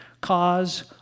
cause